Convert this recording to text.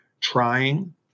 trying